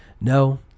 No